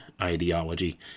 ideology